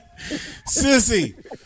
Sissy